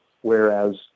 whereas